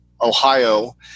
Ohio